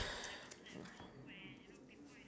you know like to start up is very difficult